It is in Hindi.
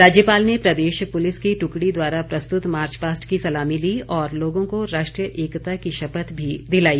राज्यपाल ने प्रदेश पुलिस की टुकड़ी द्वारा प्रस्तुत मार्चपास्ट की सलामी ली और लोगों को राष्ट्रीय एकता की शपथ भी दिलाई